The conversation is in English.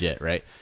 right